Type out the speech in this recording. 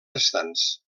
restants